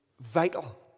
vital